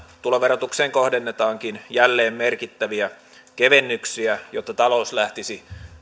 tuloverotukseen kohdennetaankin jälleen merkittäviä kevennyksiä jotta talous lähtisi